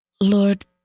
Lord